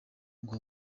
ngo